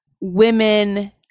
women